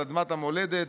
על אדמת המולדת,